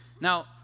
Now